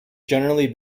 generally